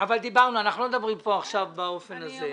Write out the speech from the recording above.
אנחנו לא מדברים פה עכשיו באופן הזה.